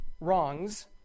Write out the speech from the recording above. wrongs